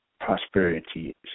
prosperity